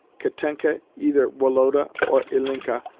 katenka either woloda or ilinka,